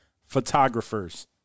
photographers